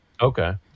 Okay